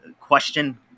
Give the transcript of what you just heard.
question